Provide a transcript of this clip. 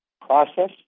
process